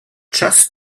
just